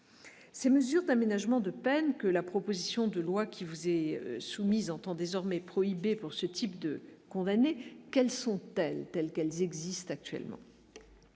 ces mesures d'aménagement de peine que la proposition de loi qui vous est soumise, entend désormais prohibés pour ce type de condamner quelles sont telles qu'elles existent actuellement,